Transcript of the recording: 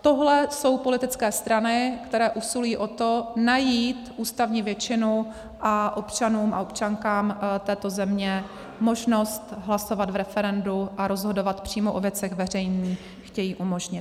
Tohle jsou politické strany, které usilují o to najít ústavní většinu a občanům a občankám této země možnost hlasovat v referendu a rozhodovat přímo o věcech veřejných chtějí umožnit.